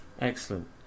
Excellent